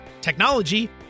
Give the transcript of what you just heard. technology